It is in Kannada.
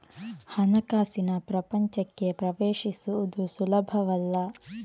ಹಣಕಾಸಿನ ಪ್ರಪಂಚಕ್ಕೆ ಪ್ರವೇಶಿಸುವುದು ಸುಲಭವಲ್ಲ